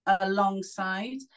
alongside